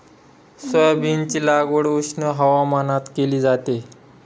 सोयाबीनची लागवड उष्ण हवामानात केली जाते